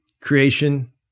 Creation